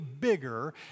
bigger